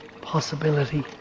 possibility